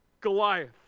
Goliath